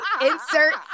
insert